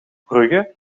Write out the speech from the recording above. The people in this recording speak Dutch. brugge